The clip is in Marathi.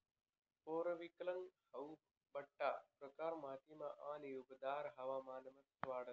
पेरिविंकल हाऊ बठ्ठा प्रकार मातीमा आणि उबदार हवामानमा वाढस